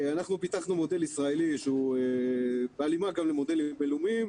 אנחנו פיתחנו מודל ישראלי שהוא בהלימה למודלים בין-לאומיים,